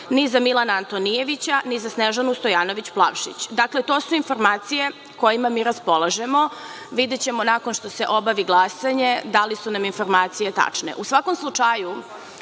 ni za Milana Antonijevića, ni za Snežanu Stojanović Plavšić. Dakle, to su informacije kojima mi raspolažemo. Videćemo nakon što se obavi glasanje da li su nam informacije tačne.U svakom slučaju,